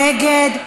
נגד.